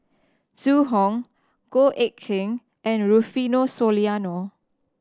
Zhu Hong Goh Eck Kheng and Rufino Soliano